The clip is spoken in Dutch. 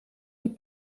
een